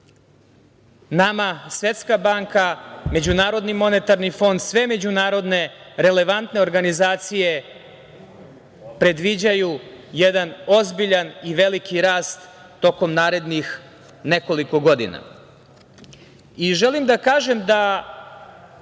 Nama Svetska banka, MMF, sve međunarodne relevantne organizacije predviđaju jedan ozbiljan i veliki rast tokom narednih nekoliko godina. Želim da kažem da